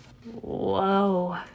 Whoa